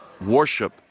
worship